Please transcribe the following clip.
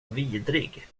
vidrig